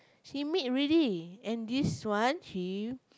he meet already and this one he